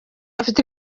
bafite